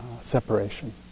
separation